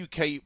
UK